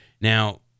Now